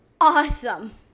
awesome